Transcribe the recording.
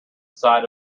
side